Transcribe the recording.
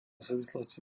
súvislosti